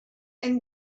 and